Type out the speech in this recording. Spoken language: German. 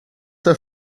der